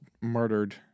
murdered